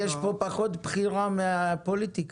יש כאן פחות בחירה מהפוליטיקה.